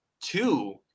two